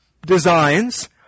designs